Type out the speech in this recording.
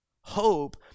Hope